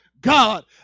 God